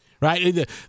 right